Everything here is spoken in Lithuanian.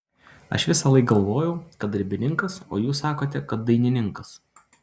aš visąlaik galvojau kad darbininkas o jūs sakote kad dainininkas